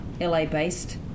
LA-based